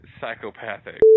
psychopathic